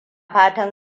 fatan